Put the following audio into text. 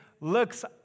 looks